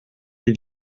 des